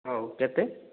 ହଉ କେତେ